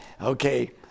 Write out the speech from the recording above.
okay